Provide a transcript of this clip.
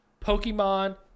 Pokemon